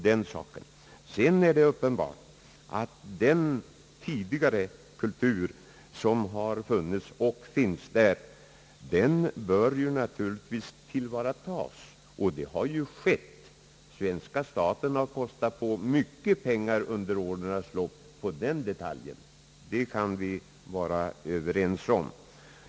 Det är ju uppenbart att den samekultur som finns bör tillvaratas, och det har också skett. Svenska staten har under årens lopp satsat mycket pengar på den detaljen; jag tycker att vi kan vara överens om det.